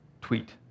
tweet